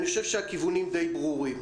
הכיוונים די ברורים.